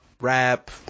rap